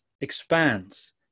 expands